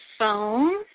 phone